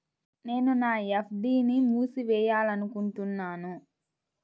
నేను నా ఎఫ్.డీ ని మూసివేయాలనుకుంటున్నాను